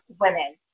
women